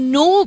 no